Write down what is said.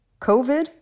COVID